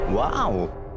Wow